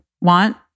want